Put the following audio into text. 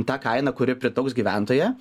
tą kainą kuri pritrauks gyventoją